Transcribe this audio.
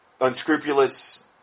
unscrupulous